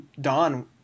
Don